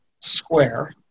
square